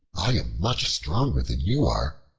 i am much stronger than you are.